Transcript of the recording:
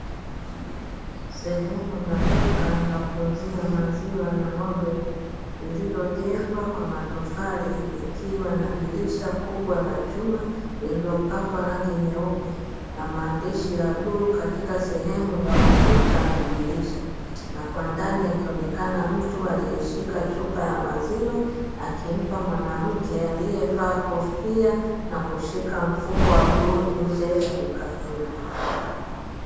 Sehemu ya duka la kuuzia maziwa ya ng'ombe, liliojengwa kwa matofali, ikiwa na dirisha kubwa la chuma lililopakwa rangi nyeupe na maandishi ya bluu, katika sehemu ya ukuta na dirisha, na kwa ndani akionekana mtu aliyeshika chupa ya maziwa, akimpa mwanamke aliyevaa kofia na kushika mfuko wa bluu nje ya duka hilo.